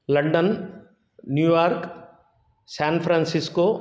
London New York San Francisco